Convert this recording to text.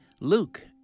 Luke